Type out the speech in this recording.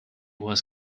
was